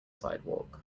sidewalk